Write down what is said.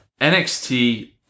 NXT